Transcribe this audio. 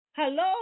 Hello